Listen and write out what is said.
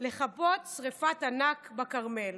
לכבות שרפת ענק בכרמל.